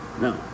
no